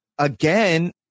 Again